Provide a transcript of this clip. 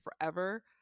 forever